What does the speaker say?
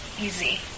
easy